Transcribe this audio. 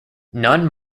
non